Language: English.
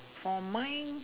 for mine